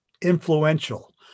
influential